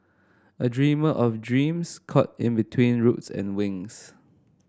a dreamer of dreams caught in between roots and wings